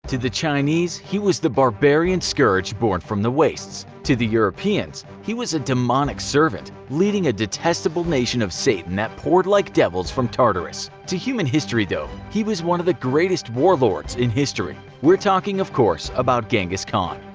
to the chinese he was the barbarian scourge born from the wastes. to the europeans he was a demonic servant, leading a detestable nation of satan that poured like devils from tartarus. to human history though he was one of the greatest warlords in history. we're talking of course, about genghis khan.